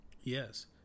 Yes